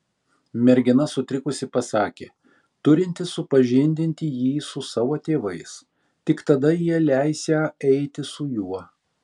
mergina sutrikusi pasakė turinti supažindinti jį su savo tėvais tik tada jie leisią eiti su juo